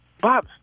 Bob